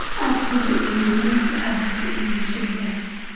absolutely, norman, that's absolutely the issue, yes.